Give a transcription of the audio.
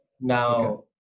now